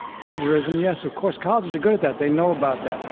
plagiarism, yes, of course. colleges are good at that. they know about that.